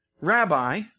rabbi